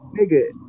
Nigga